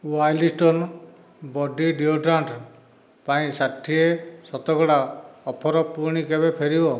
wild stone body deodorant ପାଇଁ ଷାଠିଏ ଶତକଡ଼ା ଅଫର୍ ପୁଣି କେବେ ଫେରିବ